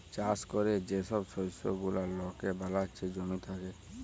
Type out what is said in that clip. চাষ ক্যরে যে ছব শস্য গুলা লকে বালাচ্ছে জমি থ্যাকে